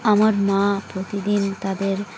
আমার মা প্রতিদিন তাদের